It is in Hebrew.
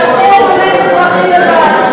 לממן את הפרחים לבד.